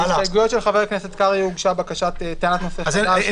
להסתייגויות של חבר הכנסת קרעי הוגשה בקשת טענת נושא חדש.